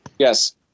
Yes